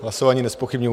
Hlasování nezpochybňuji.